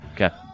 Okay